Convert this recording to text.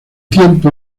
tiempo